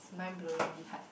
mind blowingly hard